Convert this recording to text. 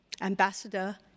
ambassador